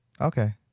Okay